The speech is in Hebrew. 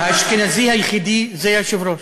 האשכנזי היחידי זה היושב-ראש.